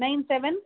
nine seven